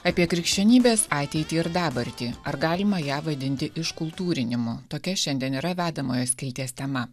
apie krikščionybės ateitį ir dabartį ar galima ją vadinti iškultūrinimu tokia šiandien yra vedamojo skilties tema